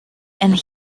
and